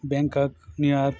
Bangkok New York